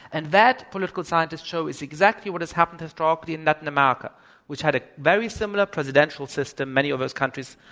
and that, political scientists show, is exactly what has happened historically in latin america which had a very similar presidential system, many of those countries,